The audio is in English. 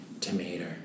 tomato